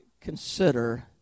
consider